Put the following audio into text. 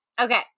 Okay